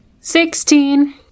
Sixteen